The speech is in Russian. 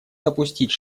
допустить